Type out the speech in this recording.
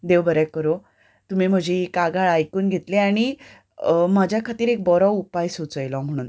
देव बरें करूं तुमी म्हजी ही कागाळ आयकून घेतली आनी म्हजें खातीर एक बरो उपाय सुचयलो म्हणून